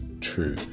true